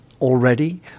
already